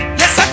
yes